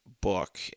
book